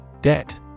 Debt